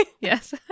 Yes